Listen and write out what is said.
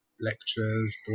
lectures